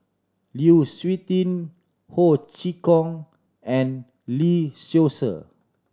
Lu Suitin Ho Chee Kong and Lee Seow Ser